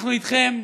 אנחנו איתכם,